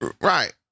Right